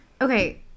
Okay